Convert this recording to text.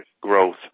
growth